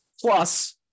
Plus